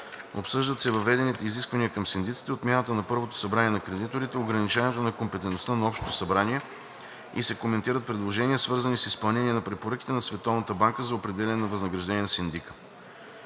Обсъждат се въведените изисквания към синдиците, отмяната на първото събрание на кредиторите, ограничаването на компетентностите на Общото събрание и се коментират предложения, свързани с изпълнение на препоръките на Световната банка за определяне на възнаграждение на синдика.